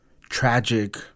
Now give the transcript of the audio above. tragic